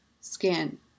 skin